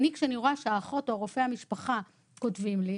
כשאני רואה שהאחות או רופא המשפחה כותבים לי,